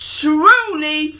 truly